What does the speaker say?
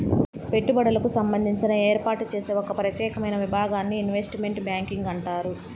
పెట్టుబడులకు సంబంధించి ఏర్పాటు చేసే ఒక ప్రత్యేకమైన విభాగాన్ని ఇన్వెస్ట్మెంట్ బ్యాంకింగ్ అంటారు